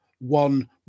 One